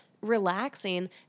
relaxing